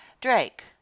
Drake